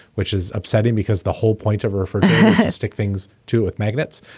which is upsetting because the whole point of hurford stick things, too, with magnets.